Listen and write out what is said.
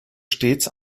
stets